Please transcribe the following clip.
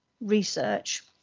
research